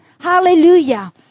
Hallelujah